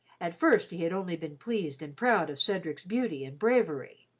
at first he had only been pleased and proud of cedric's beauty and bravery,